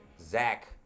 Zach